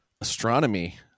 astronomy